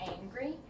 angry